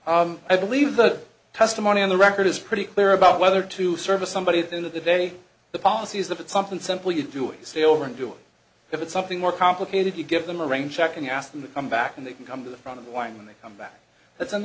up i believe the testimony on the record is pretty clear about whether to service somebody at the end of the day the policy is that it's something simple you do it say over and do it if it's something more complicated you give them a rain check and ask them to come back and they can come to the front of the line when they come back that's in